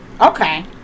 Okay